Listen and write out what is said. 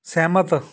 ਸਹਿਮਤ